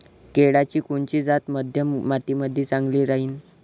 केळाची कोनची जात मध्यम मातीमंदी चांगली राहिन?